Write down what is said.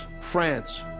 France